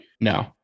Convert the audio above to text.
No